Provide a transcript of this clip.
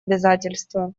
обязательства